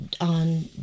on